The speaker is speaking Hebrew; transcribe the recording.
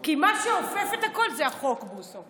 כי מה שאופף את הכול זה החוק, בוסו.